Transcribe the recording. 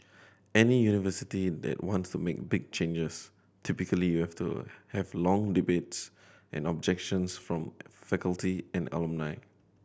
any university that wants to make big changes typically you have to have long debates and objections from faculty and alumni